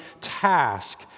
task